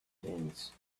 things